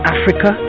Africa